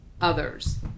others